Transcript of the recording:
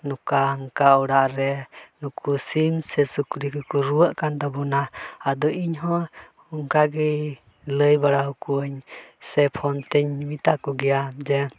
ᱱᱚᱝᱠᱟ ᱚᱱᱠᱟ ᱚᱲᱟᱜ ᱨᱮ ᱱᱩᱠᱩ ᱥᱤᱢ ᱥᱮ ᱥᱩᱠᱨᱤ ᱠᱚᱠᱚ ᱨᱩᱣᱟᱹᱜ ᱠᱟᱱ ᱛᱟᱵᱚᱱᱟ ᱟᱫᱚ ᱤᱧᱦᱚᱸ ᱚᱱᱠᱟ ᱜᱮ ᱞᱟᱹᱭ ᱵᱟᱲᱟ ᱟᱠᱚᱣᱟᱹᱧ ᱥᱮ ᱯᱷᱳᱱ ᱛᱤᱧ ᱢᱮᱛᱟ ᱠᱚᱜᱮᱭᱟ ᱡᱮ